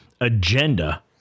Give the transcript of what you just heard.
agenda